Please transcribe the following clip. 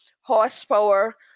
horsepower